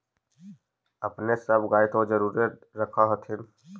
अपने सब गाय तो जरुरे रख होत्थिन?